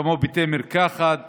כמו בתי מרקחת וכדומה.